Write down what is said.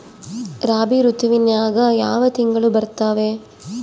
ರಾಬಿ ಋತುವಿನ್ಯಾಗ ಯಾವ ತಿಂಗಳು ಬರ್ತಾವೆ?